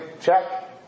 check